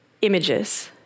images